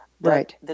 Right